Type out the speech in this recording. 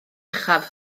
uchaf